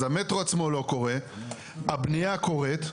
אז המטרו עצמו לא קורה הבנייה קורית,